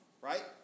right